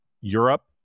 Europe